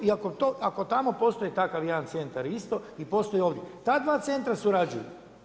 I ako tamo postoji takav jedan centar isto i postoji ovdje, ta dva centra surađuju.